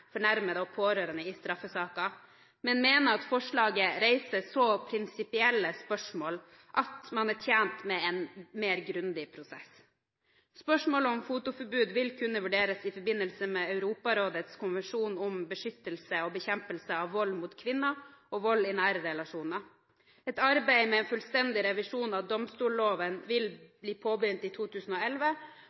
fornærmede og pårørende i straffesaker, men mener at forslaget reiser så prinsipielle spørsmål at man er tjent med en mer grundig prosess. Spørsmålet om fotoforbud vil kunne vurderes i forbindelse med Europarådets konvensjon om beskyttelse og bekjempelse av vold mot kvinner og vold i nære relasjoner. Et arbeid med en fullstendig revisjon av domstolloven vil bli påbegynt i 2011,